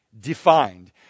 defined